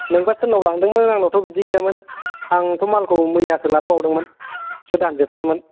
नोंबा सोरनाव लांदोंमोन आंनावथ' बिदि गैयामोन आंथ' मालखौ मैयासो लाबोबावदोंमोन गोदान जोबसोमोन